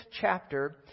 chapter